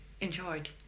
enjoyed